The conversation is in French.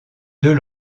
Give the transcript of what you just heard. deux